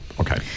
okay